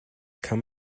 come